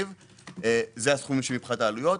זה הסכומים מבחינת העלויות.